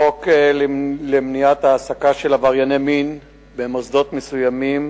החוק למניעת העסקה של עברייני מין במוסדות מסוימים,